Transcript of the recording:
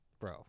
Bro